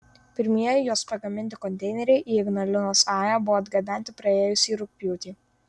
pirmieji jos pagaminti konteineriai į ignalinos ae buvo atgabenti praėjusį rugpjūtį